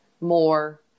more